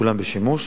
כולם בשימוש,